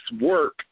work